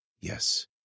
Yes